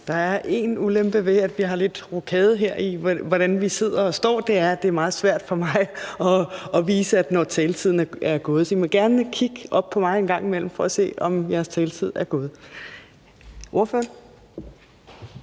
Der er én ulempe ved, at vi har lidt rokade i, hvordan vi sidder og står, og den er, at det er meget svært for mig at vise, når taletiden er gået. Så I må gerne kigge op på mig en gang imellem for at se, om jeres taletid er gået. Ordføreren.